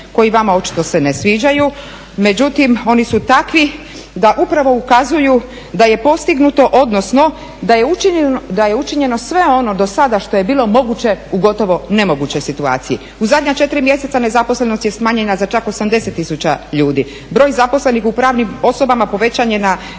U zadnja 4 mjeseca nezaposlenost je smanjena za čak 80 00 ljudi. Broj zaposlenih u pravnim osobama povećan je na